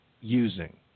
using